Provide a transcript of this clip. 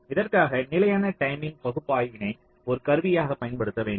இதற்காக நிலையான டைமிங் பகுப்பாய்வியை ஒரு கருவியாகப் பயன்படுத்த வேண்டும்